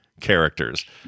characters